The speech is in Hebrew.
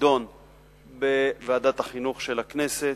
שתידון בוועדת החינוך של הכנסת,